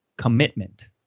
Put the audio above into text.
Commitment